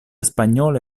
spagnole